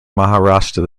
maharashtra